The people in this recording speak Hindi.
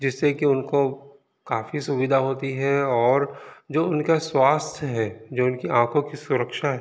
जिससे कि उनको काफ़ी सुविधा होती है और जो उनका स्वास्थ्य है जो आँखों की सुरक्षा है